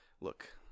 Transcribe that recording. Look